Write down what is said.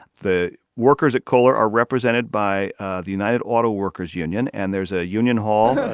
the workers at kohler are represented by ah the united auto workers union. and there's a union hall,